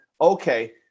okay